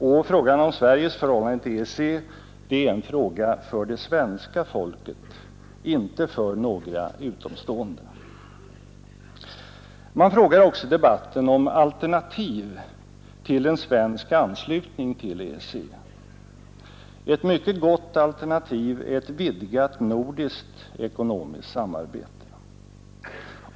Och frågan om Sveriges förhållande till EEC är en fråga för det svenska folket, inte för några utomstående. Man frågar också i debatten efter alternativ till en svensk anslutning till EEC. Ett mycket gott alternativ är ett vidgat nordiskt ekonomiskt samarbete.